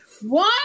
One